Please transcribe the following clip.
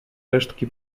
resztki